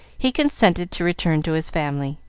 he consented to return to his family,